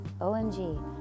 OMG